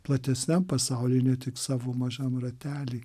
platesniam pasauly ne tik savo mažam rately